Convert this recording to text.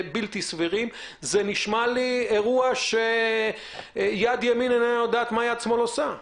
זה נשמע כמו אירוע שיד ימין אינה יודעת מה יד שמאל עושה.